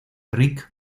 rick